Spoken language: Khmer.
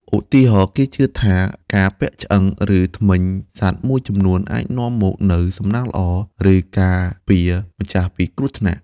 ឧទាហរណ៍ គេជឿថាការពាក់ឆ្អឹង ឬធ្មេញសត្វមួយចំនួនអាចនាំមកនូវសំណាងល្អ ឬការពារម្ចាស់ពីគ្រោះថ្នាក់។